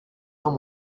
dans